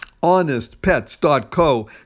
honestpets.co